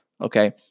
okay